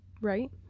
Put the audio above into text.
right